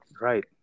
Right